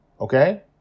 Okay